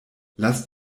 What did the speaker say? lasst